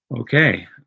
Okay